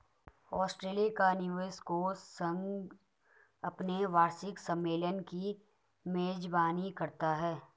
Australia का निवेश कोष संघ अपने वार्षिक सम्मेलन की मेजबानी करता है